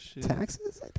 taxes